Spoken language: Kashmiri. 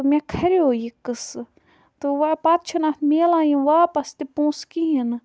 تہٕ مےٚ کھَریو یہِ قٕصہٕ تہٕ وۄنۍ پَتہٕ چھِنہٕ اَتھ مِلان یِم واپَس تہِ پونٛسہٕ کِہیٖنۍ نہٕ